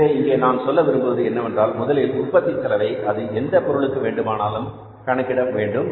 எனவே இங்கே நான் சொல்ல விரும்புவது என்னவென்றால் முதலில் உற்பத்தி செலவை அது எந்த பொருளுக்கு வேண்டுமானாலும் கணக்கிட வேண்டும்